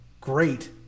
great